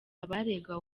abaregwa